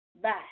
Bye